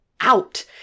out